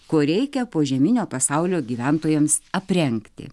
ko reikia požeminio pasaulio gyventojams aprengti